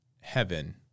heaven